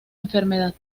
enfermedad